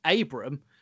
Abram